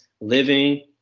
living